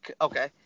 Okay